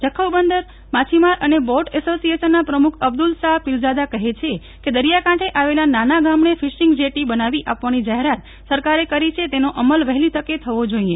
જખૌ બંદર માછીમાર અને બોટ એસોસિયેશનના પ્રમુખ અબ્દુલ શાહ પિરઝાદા કહે છે કે દરિયાકાંઠે આવેલા નાના ગામડે ફિશીંગ જેટી બનાવી આપવાની જાહેરાત સરકારે કરી છે તેનો અમલ વહેલી તકે થવો જોઇએ